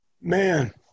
Man